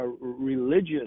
religious